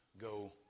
go